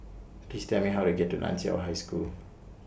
Please Tell Me How to get to NAN Chiau High School